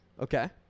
Okay